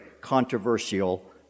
controversial